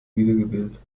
wiedergewählt